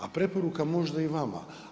A preporuka možda i vama.